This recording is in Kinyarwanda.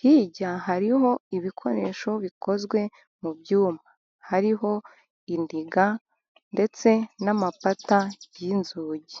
Hirya hariho ibikoresho bikozwe mu byuma. Hariho indiga, ndetse n'amapata y'inzugi.